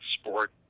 sport